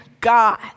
God